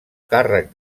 càrrec